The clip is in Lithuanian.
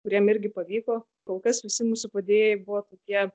kuriem irgi pavyko kol kas visi mūsų padėjėjai buvo tokie